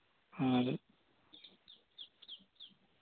ᱦᱩᱸ